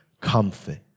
comfort